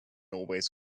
always